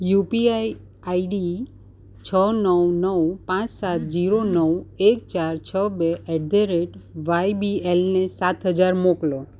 UPI ID છ નવ નવ પાંચ સાત શૂન્ય નવ એક ચાર છ બે એટ ધ રેટ વાયબીએલ ને સાત શૂન્ય શૂન્ય શૂન્ય મોકલો